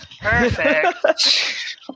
Perfect